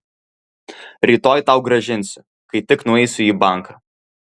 rytoj tau grąžinsiu kai tik nueisiu į banką